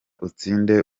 utsinde